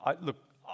look